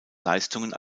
leistungen